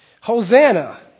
Hosanna